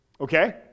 okay